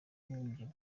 w’ubumwe